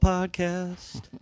Podcast